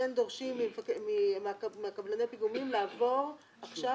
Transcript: כן, דורשים מקבלני הפיגומים לעבור עכשיו